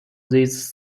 this